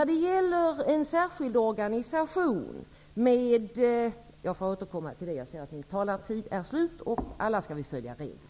Jag får återkomma till detta, eftersom min talartid är slut och vi alla skall följa reglerna.